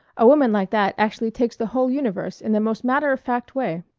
a woman like that actually takes the whole universe in the most matter-of-fact way.